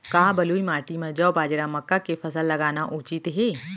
का बलुई माटी म जौ, बाजरा, मक्का के फसल लगाना उचित हे?